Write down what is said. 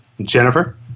Jennifer